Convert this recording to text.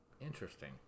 Interesting